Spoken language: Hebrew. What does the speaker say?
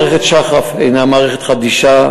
מערכת שח"ף היא מערכת חדישה,